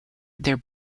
their